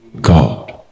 God